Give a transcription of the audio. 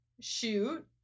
shoot